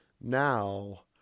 now